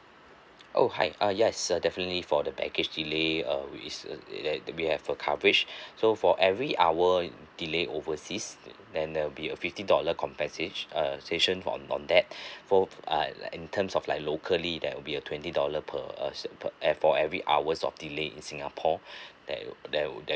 oh hi uh yes uh definitely for the baggage delay uh with is uh that we have a coverage so for every hour delay overseas then there will be a fifty dollar compensat~ err ~sation for on on that for uh in terms of like locally there will be a twenty dollar per uh per uh for every hours of delay in singapore there would there will